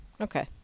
Okay